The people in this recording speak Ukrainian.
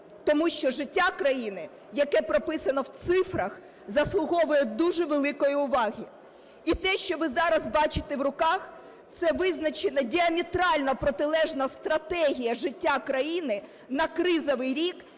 тому що життя країни, яке прописане в цифрах, заслуговує дуже великої уваги. І те, що ви зараз бачите в руках, це визначена діаметрально протилежна стратегія життя країни на кризовий рік,